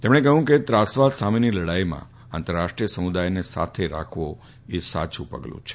તેમણે કહ્યું કે ત્રાસવાદ સામેની લડાઈમાં આંતરરાષ્ટ્રીય સમુદાયને સાથે રાખવો એ સાચું પગલું છે